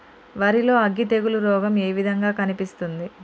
వరి లో అగ్గి తెగులు రోగం ఏ విధంగా కనిపిస్తుంది?